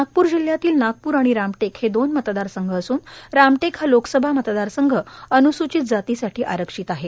नागपूर जिल्ह्यातील नागपूर आणि रामटेक हे दोन मतदार संघ असून रामटेक हा लोकसभा मतदार संघ अन्सूचित जाती साठी आरक्षीत आहे